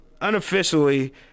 unofficially